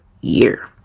year